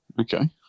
Okay